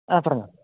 ആ പറഞ്ഞോ